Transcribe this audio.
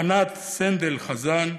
ענת סנדל חזן,